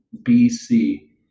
BC